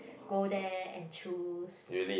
go there and choose